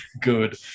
Good